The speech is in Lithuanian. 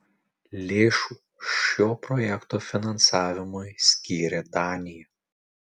lėšų šio projekto finansavimui skyrė danija